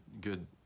good